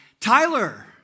Tyler